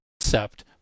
concept